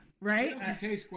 Right